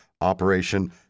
Operation